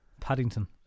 Paddington